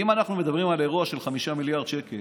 אם אנחנו מדברים על אירוע של 5 מיליארד שקל,